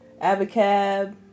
Abacab